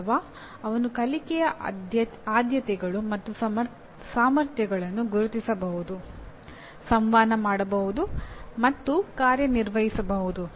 ಅಥವಾ ಅವನು ಕಲಿಕೆಯ ಆದ್ಯತೆಗಳು ಮತ್ತು ಸಾಮರ್ಥ್ಯಗಳನ್ನು ಗುರುತಿಸಬಹುದು ಸಂವಹನ ಮಾಡಬಹುದು ಮತ್ತು ಕಾರ್ಯನಿರ್ವಹಿಸಬಹುದು